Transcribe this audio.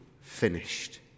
finished